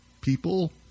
people